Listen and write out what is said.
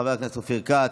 חבר הכנסת אופיר כץ.